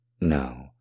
No